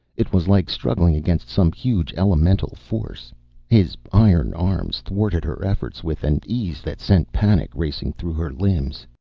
it was like struggling against some huge elemental force his iron arms thwarted her efforts with an ease that sent panic racing through her limbs.